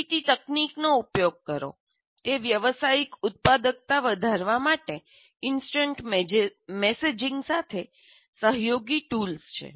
માહિતી તકનીકનો ઉપયોગ કરો તે વ્યવસાયિક ઉત્પાદકતા વધારવા માટે ઇન્સ્ટન્ટ મેસેજિંગ સાથે સહયોગી ટૂલ્સ છે